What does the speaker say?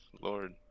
Lord